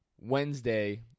Wednesday –